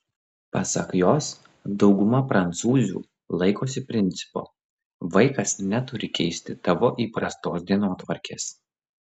pasak jos dauguma prancūzių laikosi principo vaikas neturi keisti tavo įprastos dienotvarkės